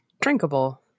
Drinkable